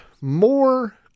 more